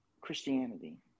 Christianity